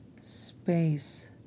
space